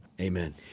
Amen